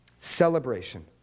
Celebration